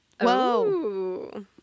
Whoa